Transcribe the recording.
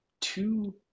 two